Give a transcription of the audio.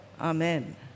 Amen